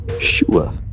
Sure